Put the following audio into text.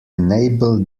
enable